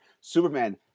Superman